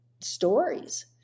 stories